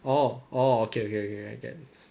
oh oh okay okay I get it